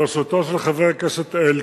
בראשותו של חבר הכנסת אלקין.